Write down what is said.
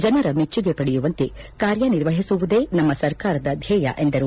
ಜನರ ಮೆಚ್ಚುಗೆ ಪಡೆಯುವಂತೆ ಕಾರ್ಯ ನಿರ್ವಹಿಸುವುದೇ ನಮ್ಮ ಸರ್ಕಾರದ ಧ್ಯೇಯ ಎಂದರು